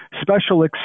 special